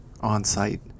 on-site